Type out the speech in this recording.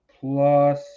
plus